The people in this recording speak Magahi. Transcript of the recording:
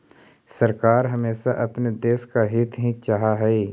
सरकार हमेशा अपने देश का हित ही चाहा हई